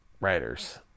writers